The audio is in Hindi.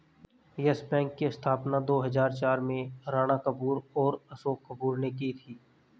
यस बैंक की स्थापना दो हजार चार में राणा कपूर और अशोक कपूर ने की थी